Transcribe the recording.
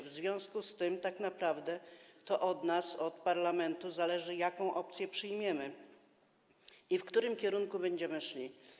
W związku z tym tak naprawdę to od nas, od parlamentu, zależy, jaką opcję przyjmiemy i w którym kierunku będziemy szli.